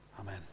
amen